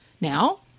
Now